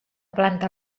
planta